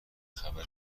خبر